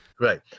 right